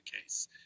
case